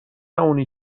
اونی